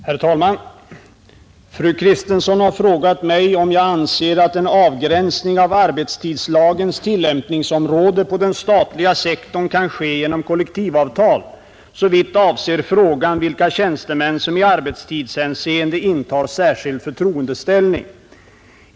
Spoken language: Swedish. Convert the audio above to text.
Herr talman! Fru Kristensson har frågat mig om jag anser att en avgränsning av arbetstidslagens tillämpningsområde på den statliga sektorn kan ske genom kollektivavtal, såvitt avser frågan vilka tjänstemän som i arbetstidshänseende intar särskild förtroendeställning.